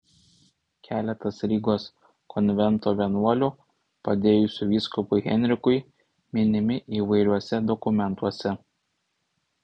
keletas rygos konvento vienuolių padėjusių vyskupui henrikui minimi įvairiuose dokumentuose